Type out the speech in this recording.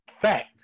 fact